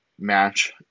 match